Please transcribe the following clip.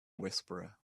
whisperer